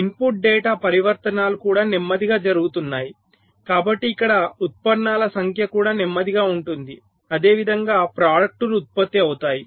input data పరివర్తనాలు కూడా నెమ్మదిగా జరుగుతున్నాయి కాబట్టి ఇక్కడ ఉత్పన్నాల సంఖ్య కూడా నెమ్మదిగా ఉంటుంది అదేవిధంగా ప్రాడక్టులు ఉత్పత్తి అవుతాయి